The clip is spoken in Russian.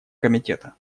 комитета